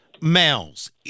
males